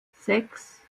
sechs